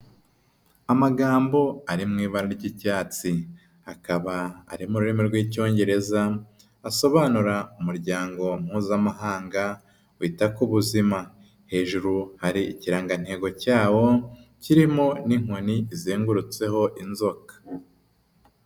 Amagambo ari mu ibara ry'icyatsi, akaba ari mu rurimi rw'Icyongereza, asobanura Umuryango Mpuzamahanga wita ku Buzima, hejuru hari ikirangantego cyawo kirimo n'inkoni izengurutseho inzoka.